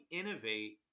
innovate